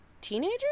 teenager